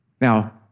Now